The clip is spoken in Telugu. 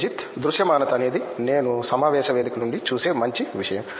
రంజిత్ దృశ్యమానత అనేది నేను సమావేశ వేదిక నుండి చూసే మంచి విషయం